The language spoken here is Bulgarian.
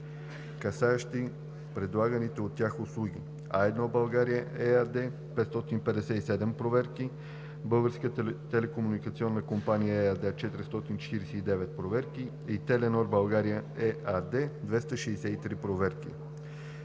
касаещи предлаганите от тях услуги: